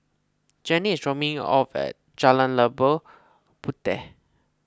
Jenni is dropping me off at Jalan Labu Puteh